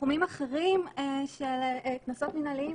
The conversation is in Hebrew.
בתחומים אחרים של קנסות מנהליים